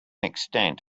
extent